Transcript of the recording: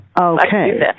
Okay